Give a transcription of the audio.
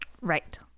Right